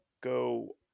go